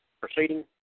proceeding